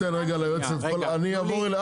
בוא ניתן ליועץ --- אני אעבור אליה,